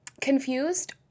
confused